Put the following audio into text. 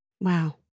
Wow